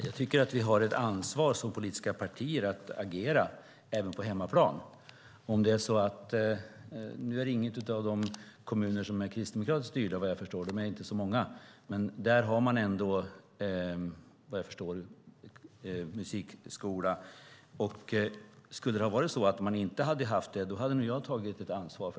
Herr talman! Jag tycker att vi i de politiska partierna har ett ansvar att agera även på hemmaplan. Nu är ingen av de kommunerna kristdemokratiskt styrda vad jag förstår. De är inte så många, men där finns ändå musikskolor. Om de inte hade haft det hade jag tagit ett ansvar.